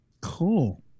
Cool